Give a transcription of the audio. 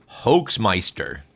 Hoaxmeister